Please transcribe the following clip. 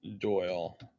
Doyle